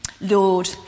Lord